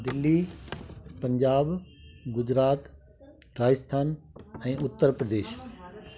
दिल्ली पंजाब गुजरात राजस्थान ऐं उत्तर प्रदेश